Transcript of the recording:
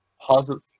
Positive